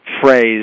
phrase